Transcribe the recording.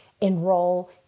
enroll